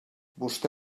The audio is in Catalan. vostè